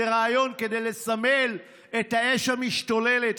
לריאיון כדי לסמל את האש המשתוללת.